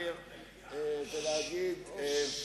אולי